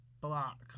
block